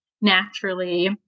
naturally